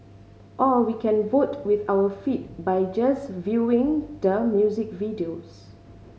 or we can vote with our feet by just viewing the music videos